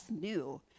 new